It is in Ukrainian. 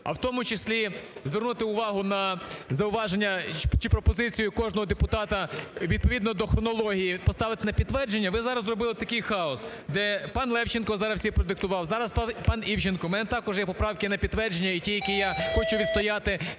а в тому числі звернути увагу на зауваження чи пропозицію кожного депутата, відповідно до хронології поставити на підтвердження. Ви зараз зробили такий хаос, де пан Левченко зараз всі продиктував, зараз – пан Івченко. У мене також є поправки на підтвердження і ті, які я хочу відстояти